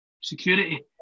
security